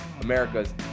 America's